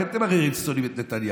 לכן אתם הרי שונאים את נתניהו.